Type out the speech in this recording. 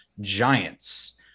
giants